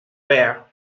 ware